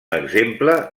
exemple